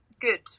good